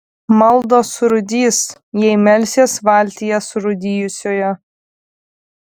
maldos surūdys jei melsies valtyje surūdijusioje